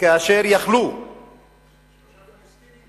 מה שלושה פלסטינים?